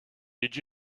did